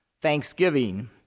thanksgiving